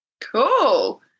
Cool